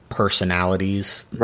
personalities